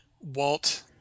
Walt